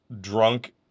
drunk